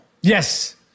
Yes